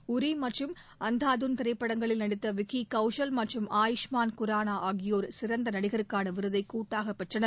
யூரி மற்றும் அந்தாதுன் திரைப்படங்களில் நடித்த விக்கி கௌசல் மற்றும் ஆயூஷ்மான் குரானா ஆகியோர் சிறந்த நடிகருக்கான விருதை கூட்டாகப் பெற்றனர்